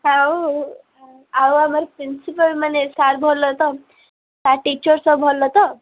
ଆଉ ଆମର ପ୍ରିନ୍ସିପ୍ଯାଲ୍ ମାନେ ସାର୍ ଭଲ ତ ସାର୍ ଟିଚର୍ ସବୁ ଭଲ ତ